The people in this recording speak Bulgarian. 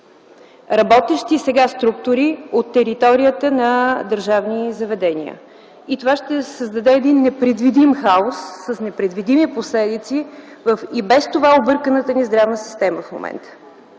работещи сега структури от територията на държавни заведения. Това ще създаде непредвидим хаос с непредвидими последици в и без това обърканата ни здравна система в момента.